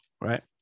right